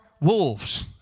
wolves